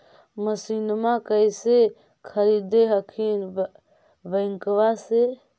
मसिनमा कैसे खरीदे हखिन बैंकबा से?